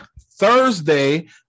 Thursday